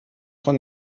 von